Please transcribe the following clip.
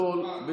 תודה רבה.